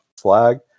flag